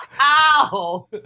ow